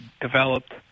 developed